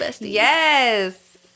Yes